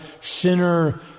sinner